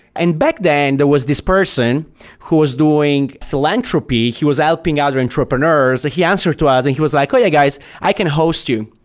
and back then there was this person who was doing philanthropy. he was helping other entrepreneurs. he answered to us and he was like, oh yeah, guys. i can host you.